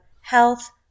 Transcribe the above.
health